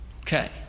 Okay